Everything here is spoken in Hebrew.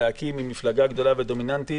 עם מפלגה גדולה ודומיננטית,